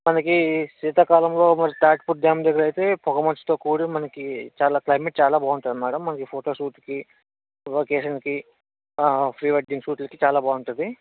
మనకి శీతాకాలంలో మరి తాటిపూడి డ్యామ్ దగ్గర అయితే పొగమంచుతో కూడి మనకి చాల క్లైమేట్ చాల బాగుంటుంది మ్యాడం మనకి ఫోటో షూట్కి అకేషన్కి ఆ ప్రీ వెడ్డింగ్ షూట్స్కి చాల బాగుంటుంది